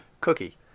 Cookie